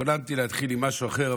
התכוננתי להתחיל עם משהו אחר,